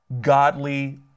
Godly